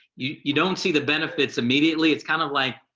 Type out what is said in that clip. you don't see the benefits immediately it's kind of like.